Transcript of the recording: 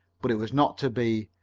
but it was not to be.